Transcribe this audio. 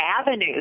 avenues